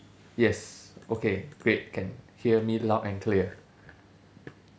yes okay great can hear me loud and clear